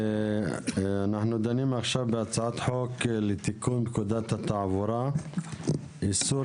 אנחנו דנים בהצעת חוק לתיקון פקודת התעבורה (איסור